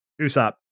Usopp